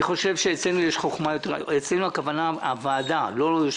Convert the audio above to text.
אני חושב שאצלנו, אצל הוועדה, יש חוכמה יתרה.